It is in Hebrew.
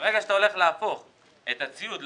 ברגע שאתה הולך להפוך את הציוד,